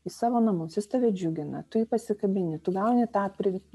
į savo namus jis tave džiugina tu pasikabini tu gauni tą pridėtinę